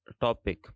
topic